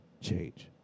change